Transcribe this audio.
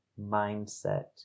mindset